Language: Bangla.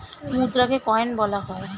মুদ্রাকে কয়েন বলা হয়